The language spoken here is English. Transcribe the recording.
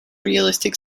realistic